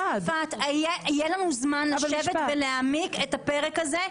יהיה לנו זמן לשבת ולהעמיק בפרק הזה.